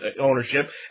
ownership